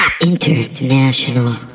International